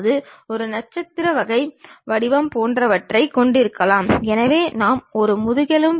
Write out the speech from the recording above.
எனவே செங்குத்தெறியத்தில் முக்கியமாக பல தோற்ற எறியத்தில் ஒரு பொருள் முழுவதுமாக தெரியும்